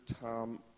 Tom